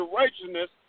righteousness